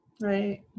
Right